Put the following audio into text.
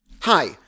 Hi